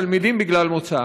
תלמידים בגלל מוצאם.